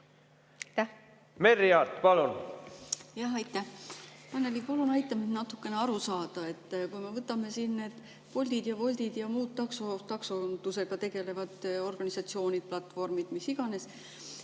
Merry Aart, palun!